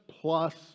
Plus